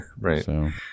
Right